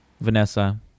Vanessa